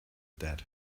dead